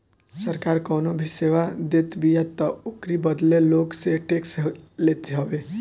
सरकार कवनो भी सेवा देतबिया तअ ओकरी बदले लोग से टेक्स लेत हवे